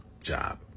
job